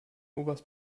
oberst